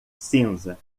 cinza